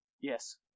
Yes